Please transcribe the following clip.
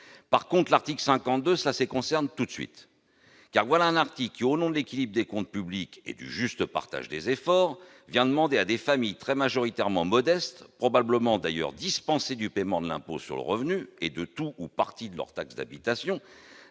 Par contre, l'article 52 les concerne tout de suite ! Car voilà un article qui, au nom de l'équilibre des comptes publics et du juste partage des efforts, vient demander à des familles très majoritairement modestes, probablement d'ailleurs dispensées du paiement de l'impôt sur le revenu et de tout ou partie de leur taxe d'habitation,